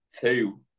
two